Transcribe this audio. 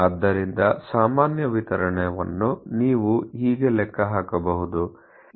ಆದ್ದರಿಂದ ಸಾಮಾನ್ಯ ವಿತರಣೆಯನ್ನು ನೀವು ಹೇಗೆ ಲೆಕ್ಕ ಹಾಕಬಹುದು